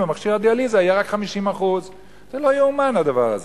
למכשיר הדיאליזה תהיה רק 50%. זה לא ייאמן הדבר הזה.